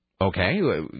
Okay